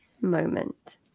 moment